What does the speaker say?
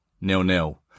nil-nil